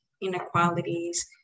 inequalities